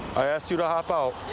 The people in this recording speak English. i asked you to hop out.